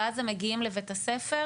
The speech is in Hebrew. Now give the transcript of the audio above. ואז הם מגיעים לבית הספר,